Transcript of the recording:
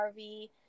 RV